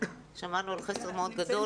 שמענו על חסר מאוד גדול.